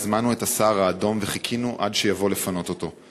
הזמנו את הסהר האדום וחיכינו עד שיבוא לפנות אותו.